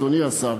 אדוני השר,